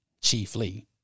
chiefly